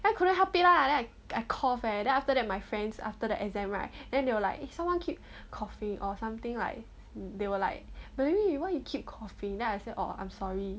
I couldn't help it lah then I I cough eh then after that my friends after the exam right then they will like eh someone keep coughing or something right they were like maybe why you keep coughing then I said oh I'm sorry